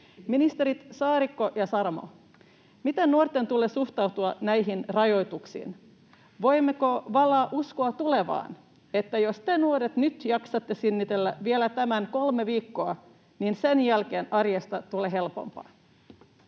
Ministerit Saarikko ja Saramo: Miten nuorten tulee suhtautua näihin rajoituksiin? Voimmeko valaa uskoa tulevaan, että jos te nuoret nyt jaksatte sinnitellä vielä tämän kolme viikkoa, niin sen jälkeen arjesta tulee helpompaa?